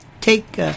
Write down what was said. take